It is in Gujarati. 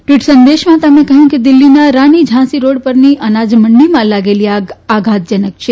ટ્વીટ સંદેશમાં તેમણે કહ્યું કે દિલ્હીના રાની ઝાંસી રોડ પરની અનાજ મેડીમાં લાગેલી આગ આધાતજનક છે